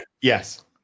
Yes